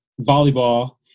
volleyball